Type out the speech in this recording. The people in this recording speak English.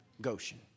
Goshen